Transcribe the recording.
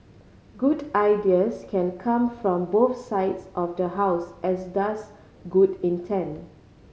good ideas can come from both sides of the House as does good intent